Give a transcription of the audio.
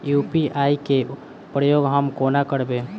UPI केँ प्रयोग हम कोना करबे?